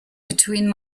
between